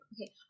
Okay